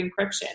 encryption